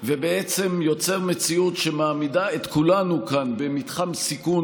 ויוצר מציאות שמעמידה את כולנו כאן במתחם סיכון